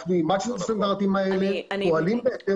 אנחנו אימצנו את הסטנדרטים האלה ופועלים בהתאם.